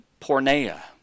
porneia